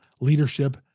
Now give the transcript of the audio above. leadership